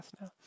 now